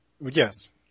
Yes